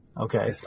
Okay